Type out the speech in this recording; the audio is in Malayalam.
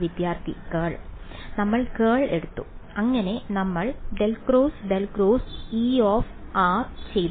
വിദ്യാർത്ഥി കേൾ നമ്മൾ കേൾ എടുത്തു അങ്ങനെ നമ്മൾ ∇×∇× E→r ചെയ്തു